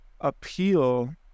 appeal